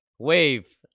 Wave